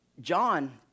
John